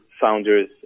founders